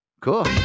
cool